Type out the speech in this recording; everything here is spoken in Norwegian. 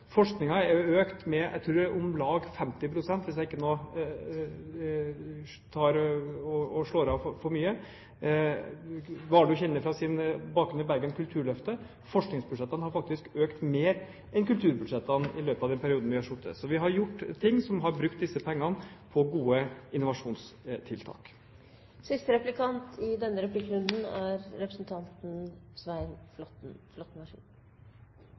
er økt med om lag 50 pst., tror jeg, hvis jeg ikke nå slår av for mye. Warloe kjenner, fra sin bakgrunn i Bergen, Kulturløftet, og forskningsbudsjettene har faktisk økt mer enn kulturbudsjettene i løpet av den perioden vi har sittet. Så vi har gjort ting og har brukt disse pengene på gode